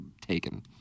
taken